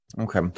Okay